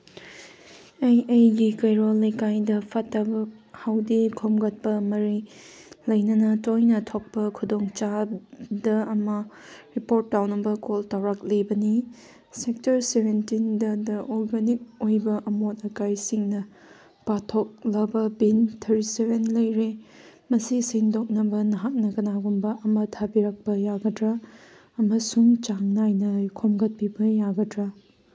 ꯑꯩ ꯑꯩꯒꯤ ꯀꯩꯔꯣꯜ ꯂꯩꯀꯥꯏꯗ ꯐꯠꯇꯕ ꯍꯥꯎꯗꯤ ꯈꯣꯝꯒꯠꯄ ꯃꯔꯤ ꯂꯩꯅꯅ ꯇꯣꯏꯅ ꯊꯣꯛꯄ ꯈꯨꯗꯣꯡꯆꯥꯗ ꯑꯃ ꯔꯤꯄꯣꯔꯠ ꯇꯧꯅꯕ ꯀꯣꯜ ꯇꯧꯔꯛꯂꯤꯕꯅꯤ ꯁꯦꯛꯇꯔ ꯁꯚꯦꯟꯇꯤꯟꯗ ꯑꯣꯔꯗꯒꯅꯤꯛ ꯑꯣꯏꯕ ꯑꯃꯣꯠ ꯑꯀꯥꯏꯁꯤꯡꯅ ꯄꯥꯊꯣꯛꯂꯕ ꯕꯤꯟ ꯊꯔꯇꯤ ꯁꯚꯦꯟ ꯂꯩꯔꯦ ꯃꯁꯤ ꯁꯦꯡꯗꯣꯛꯅꯕ ꯅꯍꯥꯛꯅ ꯀꯅꯥꯒꯨꯝꯕ ꯑꯃ ꯊꯥꯕꯤꯔꯛꯄ ꯌꯥꯒꯗ꯭ꯔꯥ ꯑꯃꯁꯨꯡ ꯆꯥꯡ ꯅꯥꯏꯅ ꯈꯣꯝꯒꯠꯄꯤꯕ ꯌꯥꯒꯗ꯭ꯔꯥ